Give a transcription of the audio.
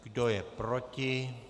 Kdo je proti?